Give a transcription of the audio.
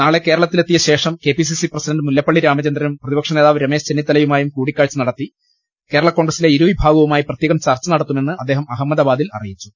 നാളെ കേരളത്തിലെത്തിയശേഷം KP CC president Mullappally രാമചന്ദ്രനും പ്രതിപക്ഷനേതാവ് രമേശ് ചെന്നീത്തലയുമായും കൂടിക്കാഴ്ച നടത്തി കേരള കോൺഗ്രസിലെ ഇരുവിഭാഗവുമായി പ്രത്യേകം ചർച്ച നടത്തു മെന്ന് അദ്ദേഹം അഹമ്മദാബാദിൽ അറിയിച്ചു